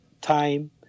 time